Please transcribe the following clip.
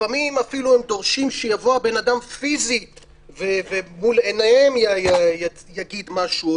לפעמים הם אפילו דורשים שיבוא הבן אדם פיזית ומול עיניהם יגיד משהו,